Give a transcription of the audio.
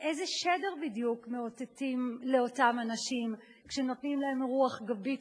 איזה שדר בדיוק מאותתים לאותם אנשים כשנותנים להם רוח גבית כזאת,